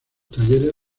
talleres